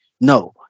No